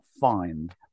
find